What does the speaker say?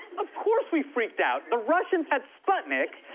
of course we freaked out. the russians had sputnik,